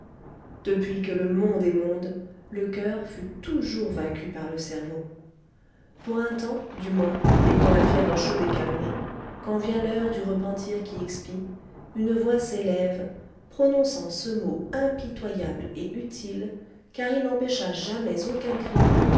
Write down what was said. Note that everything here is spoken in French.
depuis que le monde est monde le coeur fut toujours vaincu par le cerveau pour un temps du moins et quand la fièvre chaude est calmée quand vient l'heure du repentir qui expie une voix s'élève prononçant ce mot impitoyable et inutile car il n'empêcha jamais aucun crime